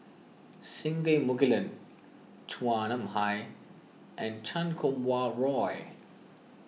Singai Mukilan Chua Nam Hai and Chan Kum Wah Roy